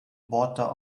water